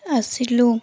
ଆସିଲୁ